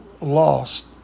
lost